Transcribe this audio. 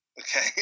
Okay